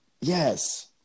Yes